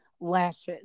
lashes